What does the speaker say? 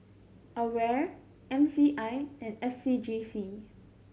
AWARE M C I and S C G C